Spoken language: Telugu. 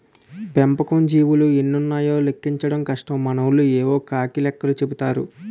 పెంపకం జీవులు ఎన్నున్నాయో లెక్కించడం కష్టం మనోళ్లు యేవో కాకి లెక్కలు చెపుతారు